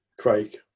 Craig